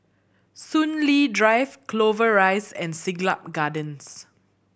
Soon Lee Drive Clover Rise and Siglap Gardens